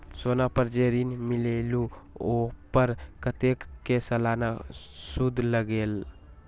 सोना पर जे ऋन मिलेलु ओपर कतेक के सालाना सुद लगेल?